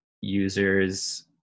users